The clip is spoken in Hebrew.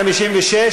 151 לא התקבלה.